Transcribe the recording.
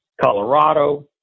Colorado